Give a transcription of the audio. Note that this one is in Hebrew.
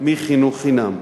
מחינוך חינם.